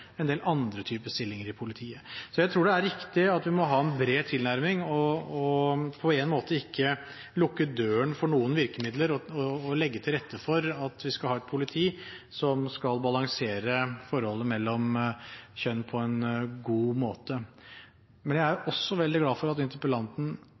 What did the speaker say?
en del andre typer stillinger i politiet. Så jeg tror det er riktig at vi må ha en bred tilnærming og på én måte ikke lukke døren for noen virkemidler, og legge til rette for at vi skal ha et politi som skal balansere forholdet mellom kjønn på en god måte. Jeg er